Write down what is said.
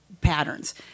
patterns